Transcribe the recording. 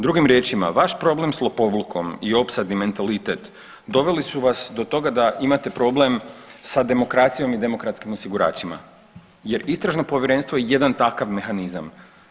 Drugim riječima, vaš problem s lopovlukom i opsadni mentalitet doveli su vas do toga da imate problem sa demokracijom i demokratskim osiguračima jer istražno povjerenstvo je jedan takav mehanizam.